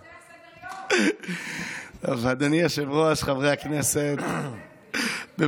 בן גביר, כשאתה אומר מידתיות, זה פותח סדר-יום.